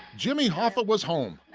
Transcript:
jimmy hoffa was home,